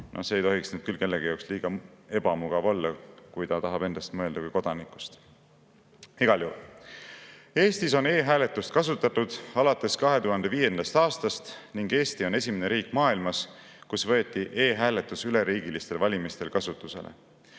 see ei tohiks küll kellegi jaoks liiga ebamugav olla, kui ta tahab mõelda endast kui kodanikust. Igal juhul, Eestis on e‑hääletust kasutatud alates 2005. aastast ning Eesti on esimene riik maailmas, kus võeti e‑hääletus üleriigilistel valimistel kasutusele.